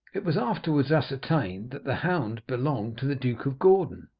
it was afterwards ascertained that the hound belonged to the duke of gordon,